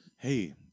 Hey